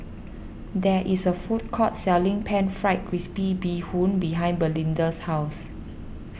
there is a food court selling Pan Fried Crispy Bee Hoon behind Belinda's house